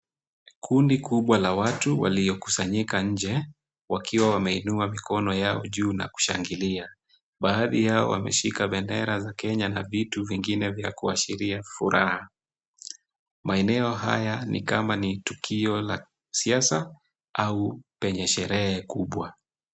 Kundi kubwa la watu waliokusanyika nje, wakiwa wameinua mikono yao juu na kushangilia, baadhi yao wameshika bendera za Kenya na vitu vingine vya kuashiria furaha. Maeneo haya ni kama ni tukio la siasa au penye sherehe kubwa.